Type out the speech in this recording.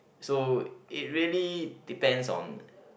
so it really depends on